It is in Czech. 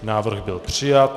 Návrh byl přijat.